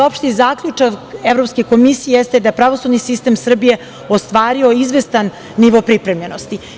Opšti zaključak Evropske komisije jeste da je pravosudni sistem Srbije ostvario izvestan nivo pripremljenosti.